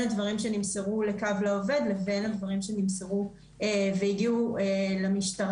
הדברים שנמסרו לקו לעובד לבין הדברים שנמסרו והגיעו למשטרה,